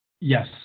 yes